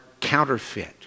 counterfeit